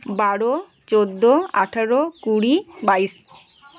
বারো চোদ্দো আঠারো কুড়ি বাইশ